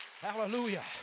Hallelujah